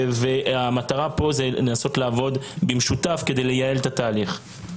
המטרה היא לנסות לעבוד במשותף כדי לייעל את התהליך.